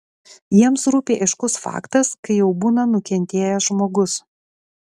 jiems rūpi aiškus faktas kai jau būna nukentėjęs žmogus